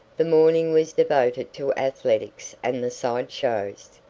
the morning was devoted to athletics and the side shows.